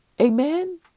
Amen